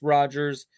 Rogers